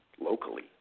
Locally